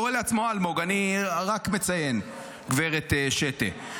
אלמוג קורא לעצמו אלמוג, אני רק מציין, גברת שטה.